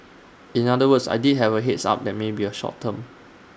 in other words I did have A heads up that may be A short term